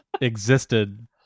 existed